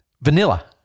Vanilla